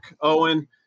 owen